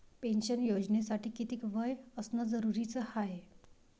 Pension योजनेसाठी कितीक वय असनं जरुरीच हाय?